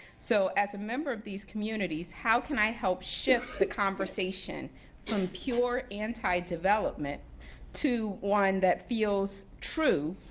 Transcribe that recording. so as a member of these communities, how can i help shift the conversation from pure anti development to one that feels true,